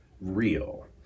real